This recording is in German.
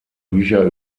bücher